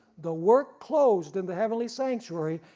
the work closed in the heavenly sanctuary,